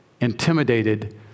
intimidated